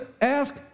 ask